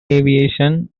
aviation